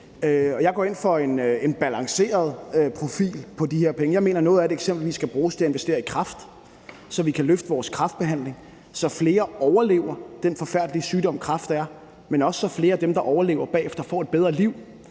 Jeg går ind for en balanceret profil i forbindelse med de her penge. Jeg mener, at noget af det eksempelvis skal bruges til at investere i kræftbehandlingen, så den kan blive løftet, så flere overlever den forfærdelige sygdom, kræft er, men også, så flere af dem, der overlever, bagefter får et bedre liv,